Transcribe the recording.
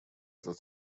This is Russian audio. этот